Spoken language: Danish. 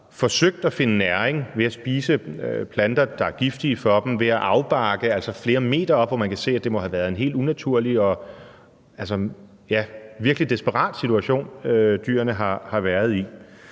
der har forsøgt at finde næring ved at spise planter, der er giftige for dem, og ved at afbarke, altså flere meter op, og hvor man kan se, at det må have været en helt unaturlig, og ja, altså virkelig desperat situation, dyrene har været i.